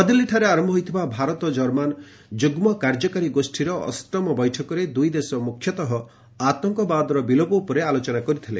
ନୂଆଦିଲ୍ଲୀଠାରେ ଆରମ୍ଭ ହୋଇଥିବା ଭାରତ ଜର୍ମାନ୍ ଯୁଗ୍ମ କାର୍ଯ୍ୟକାରୀ ଗୋଷ୍ଠୀର ଅଷ୍ଟମ ବୈଠକରେ ଦୁଇ ଦେଶ ମୁଖ୍ୟତଃ ଆତଙ୍କବାଦର ବିଲୋପ ଉପରେ ଆଲୋଚନା କରିଥିଲେ